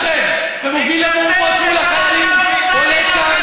המרמרה לא תוכל לכנות את חיילי צה"ל "רוצחים" תפסיק,